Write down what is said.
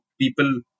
people